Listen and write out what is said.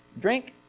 drink